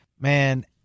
Man